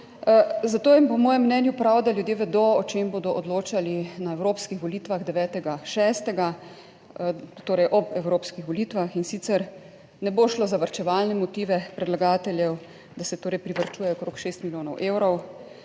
Zato je po mojem mnenju prav, da ljudje vedo, o čem bodo odločali na evropskih volitvah 9. 6., torej ob evropskih volitvah in sicer, ne bo šlo za varčevalne motive predlagateljev, da se torej privarčuje okrog 6 milijonov evrov.